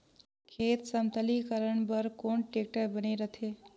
खेत समतलीकरण बर कौन टेक्टर बने रथे?